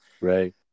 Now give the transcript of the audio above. Right